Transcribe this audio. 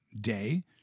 day